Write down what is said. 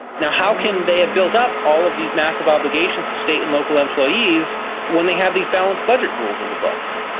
you know how can they have built up all of these massive obligations to state and local employees when they have these balanced budget rules in the books?